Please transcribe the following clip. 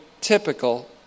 typical